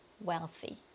wealthy